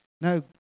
No